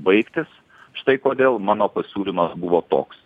baigtis štai kodėl mano pasiūlymas buvo toks